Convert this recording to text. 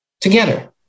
together